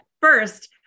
first